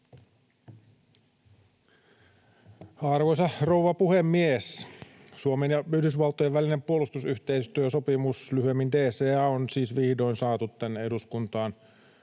Arvoisa rouva puhemies! Suomen ja Yhdysvaltojen välinen puolustusyhteistyösopimus, lyhyemmin DCA, on siis vihdoin saatu tänne eduskuntaan